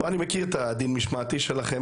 אני מכיר את הדין המשמעתי שלכם,